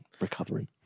recovering